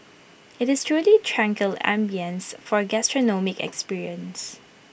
IT is truly tranquil ambience for gastronomic experience